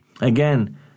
Again